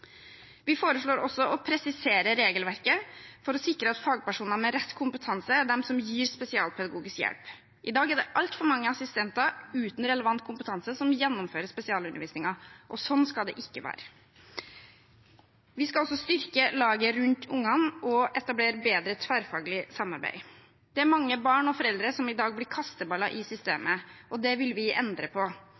Vi foreslår også å presisere regelverket for å sikre at fagpersoner med rett kompetanse er de som gir spesialpedagogisk hjelp. I dag er det altfor mange assistenter uten relevant kompetanse som gjennomfører spesialundervisningen, og slik skal det ikke være. Vi skal også styrke laget rundt barna og etablere et bedre tverrfaglig samarbeid. Det er mange barn og foreldre som i dag blir kasteballer i systemet. Det vil vi endre på.